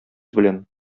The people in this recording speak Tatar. белән